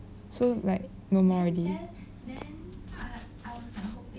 so like no more already